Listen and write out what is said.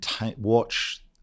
watch